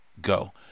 go